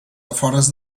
afores